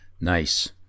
Nice